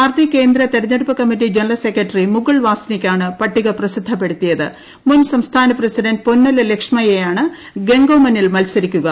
party കേന്ദ്ര തെരഞ്ഞെടുപ്പ് committee general secretary Mukul വാസ്നിക്കാണ് പട്ടിക പ്രസിദ്ധപ്പെടുത്തിയിൽ മുൻ സംസ്ഥാന പ്രസിഡന്റ് പൊന്നല ലക്ഷ്മയ്യാണ് ഗ്രെഗോമനിൽ മൽസരിക്കുക